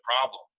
problem